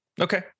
okay